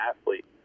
athlete